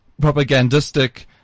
propagandistic